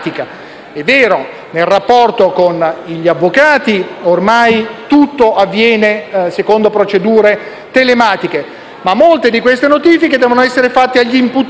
È vero che nel rapporto con gli avvocati ormai tutto avviene secondo procedure telematiche, ma molte di queste notifiche devono essere fatte agli imputati